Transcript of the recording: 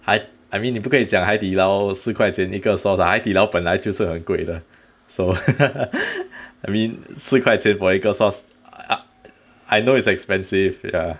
I I mean 你不可以讲海底捞四块一个 sauce ah 海底捞本来就是很贵的 so I mean 四块钱 for 一个 sauce I know it's expensive